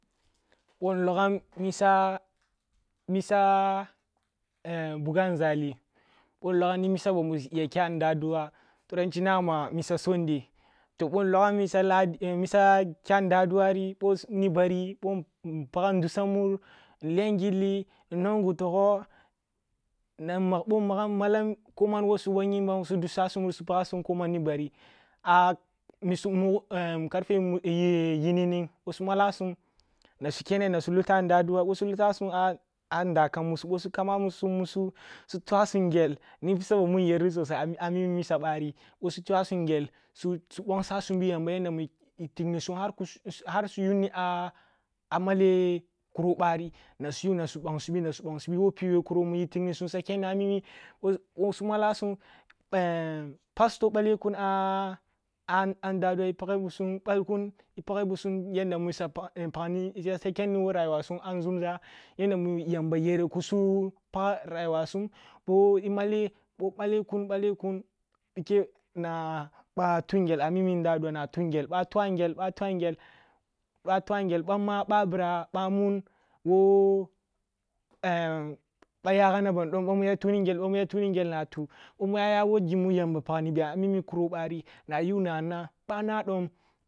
Ъo nloga misa misa buga nȝali, ъo nlogam ni misa bamu suya kya nda adua turanchi nama misa sunday to ъo nlo gam misa misa kya nda aduari, ъo ni bari ъo npagam ndussam mur, nliyam gilli nnuwan gutobo nan mag, bo nmagam, nmalam ko man wo su yimbam bo su dussasum mur, bo su pagasum ko man nibari a karfe mu yinining ъo su mala sum na su kene nasu luta adua, ъo su lutas um a nda adua, bo su lutasum a nda kammusu, ъo su amasum, musu su twasum ngel m missa ba mun nyen sosai amimi misa ъari, ъo su twa sum ngel subongsa sum bi yamba yanda muyi tigni sum har ki su, su yunni a a maleh kuro bari nasu yu, na su bongsibi wo piwe, kuro mu yi tignisum sa kenni amimi, su malasum pastr bale kun a nda adua, i’bale kun a nda adua i page busum balkun i page busum yanda musu ya pagni sa kenni wo rayuwa sum a nȝumȝa, yinda mu yamba ku su pag rayuwa sum ъo e’male ъo bale kun ъle kun pike na ъ tunghel a mimi nda adua, na tunngel ъamma babira ъamun wo ъa yaghana ban, dom bamu ya tuh ningel na tuh ъamuayawo gimu yamba pag ni biya a mini kuro bari na ayu na nah ba’ana dom